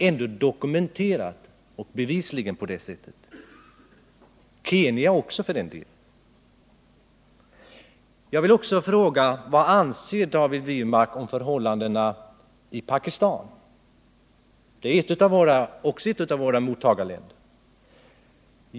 Jag vill också fråga vad David Wirmark anser om förhållandena i Pakistan. Det är också ett av våra mottagarländer.